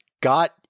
got